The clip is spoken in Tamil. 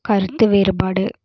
கருத்து வேறுபாடு